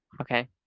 Okay